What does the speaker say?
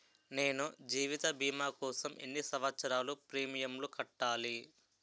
నేను జీవిత భీమా కోసం ఎన్ని సంవత్సారాలు ప్రీమియంలు కట్టాలి?